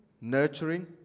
nurturing